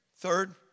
Third